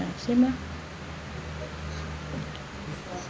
um same lah